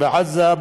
בעזה,